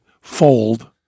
fold